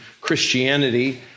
Christianity